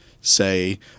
say